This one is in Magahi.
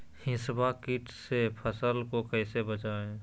हिसबा किट से फसल को कैसे बचाए?